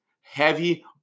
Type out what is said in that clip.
heavy